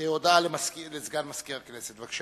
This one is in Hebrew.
הודעה לסגן מזכיר הכנסת, בבקשה.